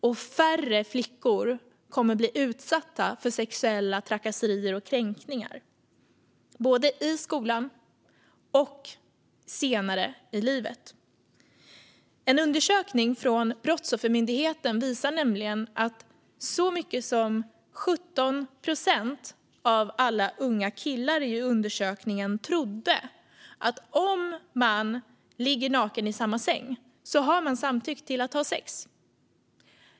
Och färre flickor kommer att bli utsatta för sexuella trakasserier och kränkningar, både i skolan och senare i livet. En undersökning från Brottsoffermyndigheten visar nämligen att så många som 17 procent av alla unga killar i undersökningen trodde att om man ligger naken i samma säng har man samtyckt till att ha sex.